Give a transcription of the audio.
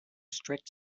strict